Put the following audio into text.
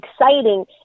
exciting